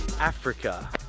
Africa